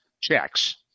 checks